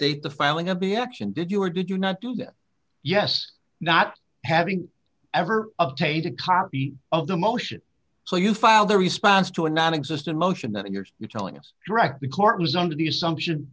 date the filing of b action did you or did you not do that yes not having ever obtained a copy of the motion so you filed their response to a nonexistent motion that yours you telling us direct the court was under the assumption